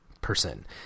person